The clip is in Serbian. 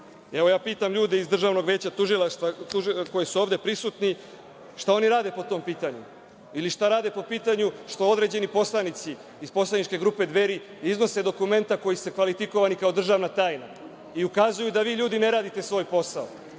Evo, pitam ljude iz Državnog veća tužilaca koji su ovde prisutni, šta oni rade po tom pitanju ili šta rade po pitanju što određeni poslanici iz Poslaničke grupe Dveri iznose dokumenta koja su kvalifikovana kao „državna tajna“ i ukazuju da vi, ljudi, ne radite svoj posao?